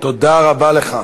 תודה רבה לך,